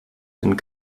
den